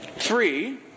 Three